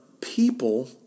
people